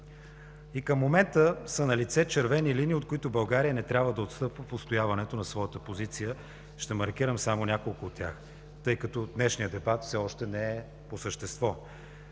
И към момента са налице червени линии, от които България не трябва да отстъпва в отстояването на своята позиция. Ще маркирам само няколко от тях, тъй като днешният дебат все още не е по същество.